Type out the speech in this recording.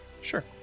sure